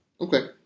Okay